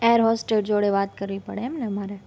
air hostess જોડે વાત કરવી પડે એમને મારે